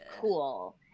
cool